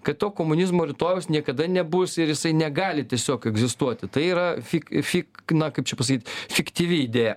kad to komunizmo rytojaus niekada nebus ir jisai negali tiesiog egzistuoti tai yra fik fik na kaip čia pasakyt fiktyvi idėja